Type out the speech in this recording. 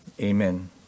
Amen